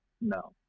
No